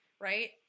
right